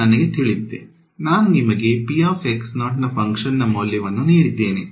ಈಗ ನನಗೆ ತಿಳಿದಿದೆ ನಾನು ನಿಮಗೆ ಫಂಕ್ಷನ್ ನ ಮೌಲ್ಯವನ್ನು ನೀಡಿದ್ದೇನೆ